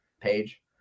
page